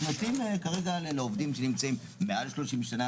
מתייחסים כרגע לעובדים שנמצאים מעל 30 שנה,